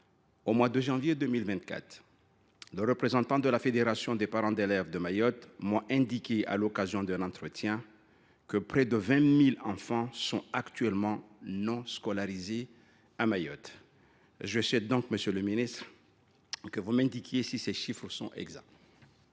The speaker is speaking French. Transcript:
Au mois de janvier 2024, les représentants de la Fédération des conseils de parents d’élèves (FCPE) de Mayotte m’ont indiqué, à l’occasion d’un entretien, que près de 20 000 enfants sont actuellement non scolarisés à Mayotte. Je souhaiterais donc, monsieur le ministre, que vous m’indiquiez si ces chiffres sont exacts.